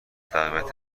تقویت